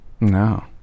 No